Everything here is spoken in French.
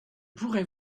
pourrai